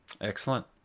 Excellent